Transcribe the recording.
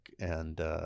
And-